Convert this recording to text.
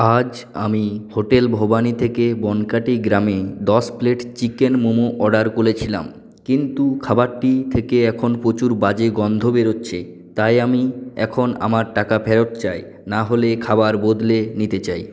আজ আমি হোটেল ভবানী থেকে বনকাটি গ্রামে দশ প্লেট চিকেন মোমো অর্ডার করেছিলাম কিন্তু খাবারটি থেকে এখন প্রচুর বাজে গন্ধ বেরোচ্ছে তাই আমি এখন আমার টাকা ফেরত চাই না হলে খাবার বদলে নিতে চাই